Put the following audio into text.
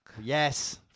Yes